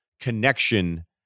connection